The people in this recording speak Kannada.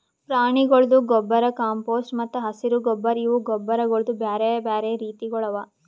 ಪ್ರಾಣಿಗೊಳ್ದು ಗೊಬ್ಬರ್, ಕಾಂಪೋಸ್ಟ್ ಮತ್ತ ಹಸಿರು ಗೊಬ್ಬರ್ ಇವು ಗೊಬ್ಬರಗೊಳ್ದು ಬ್ಯಾರೆ ಬ್ಯಾರೆ ರೀತಿಗೊಳ್ ಅವಾ